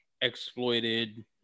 exploited